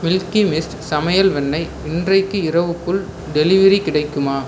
milky Mist சமையல் வெண்ணெய் இன்றைக்கு இரவுக்குள் டெலிவரி கிடைக்குமா